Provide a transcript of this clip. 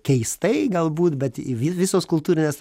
keistai galbūt bet į visos kultūrinės